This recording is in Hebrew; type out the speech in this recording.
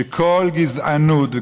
שכל גזענות,